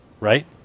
right